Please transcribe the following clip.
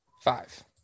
Five